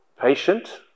patient